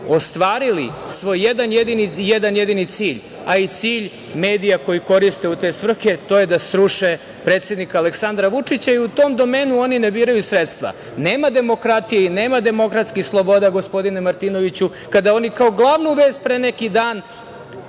ostvarili svoj jedan jedini cilj, cilj medija koji koriste u te svrhe, a to je da sruše predsednika Aleksandra Vučića i u tom domenu oni ne biraju sredstva. Nema demokratije i nema demokratskih sloboda, gospodine Martinoviću, kada oni kao glavnu vest pre neki dan